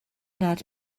nad